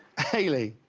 hailey,